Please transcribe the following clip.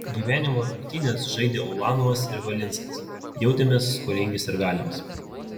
gyvenimo rungtynes žaidę ulanovas ir valinskas jautėmės skolingi sirgaliams